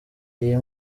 iyi